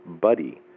buddy